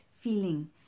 feeling